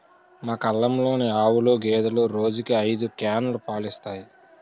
మా కల్లంలోని ఆవులు, గేదెలు రోజుకి ఐదు క్యానులు పాలు ఇస్తాయి